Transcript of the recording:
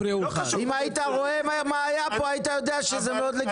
אם היית רואה מה היה פה היית יודע שזה מאוד לגיטימי.